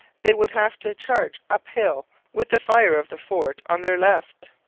they would have to charge uphill with the fire of the fort on their left.